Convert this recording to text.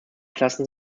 klassen